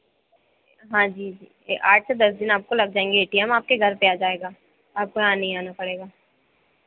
हाँ जी जी ये आठ से दस दिन आपको लग जाएँगे ए टी एम आपके घर पे आ जाएगा आपको यहाँ नहीं आना पड़ेगा